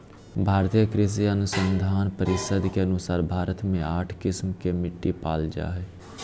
भारतीय कृषि अनुसंधान परिसद के अनुसार भारत मे आठ किस्म के मिट्टी पाल जा हइ